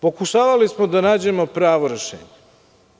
Pokušavali smo da nađemo pravo rešenje.